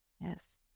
Yes